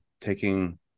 taking